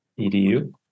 EDU